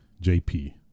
JP